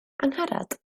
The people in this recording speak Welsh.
angharad